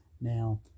Now